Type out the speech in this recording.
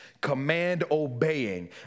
command-obeying